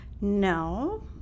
no